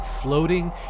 floating